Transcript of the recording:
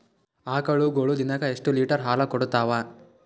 ಆಕಳುಗೊಳು ದಿನಕ್ಕ ಎಷ್ಟ ಲೀಟರ್ ಹಾಲ ಕುಡತಾವ?